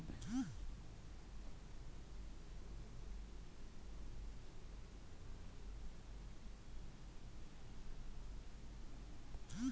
ಭಾರತದ ಆರ್ಥಿಕ ವ್ಯವಸ್ಥೆ ವಿದೇಶಿ ಬಂಡವಾಳಗರರನ್ನು ಕೈ ಬೀಸಿ ಕರಿತಿದೆ